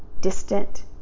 distant